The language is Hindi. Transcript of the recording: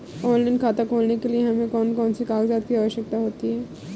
ऑनलाइन खाता खोलने के लिए हमें कौन कौन से कागजात की आवश्यकता होती है?